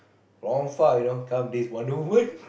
from far you know come this Wonder Woman